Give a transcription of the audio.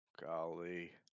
Golly